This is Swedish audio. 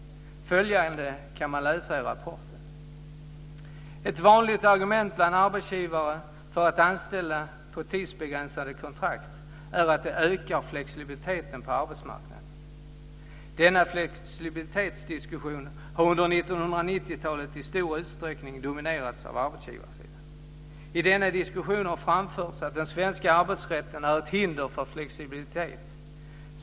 Man kan läsa följande i rapporten: Ett vanligt argument bland arbetsgivare för att anställa på tidsbegränsade kontrakt är att det ökar flexibiliteten på arbetsmarknaden. Denna flexibilitetsdiskussion har under 1990-talet i stor utsträckning dominerats av arbetsgivarsidan. I denna diskussion har framförts att den svenska arbetsrätten är ett hinder för flexibilitet.